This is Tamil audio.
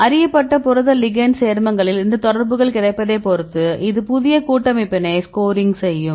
அறியப்பட்ட புரத லிகண்ட் சேர்மங்களில் இந்த தொடர்புகள் கிடைப்பதைப் பொறுத்து இது புதிய கூட்டமைப்பினை ஸ்கோரிங் செய்யும்